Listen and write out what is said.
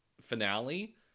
finale